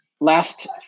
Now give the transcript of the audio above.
Last